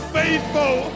faithful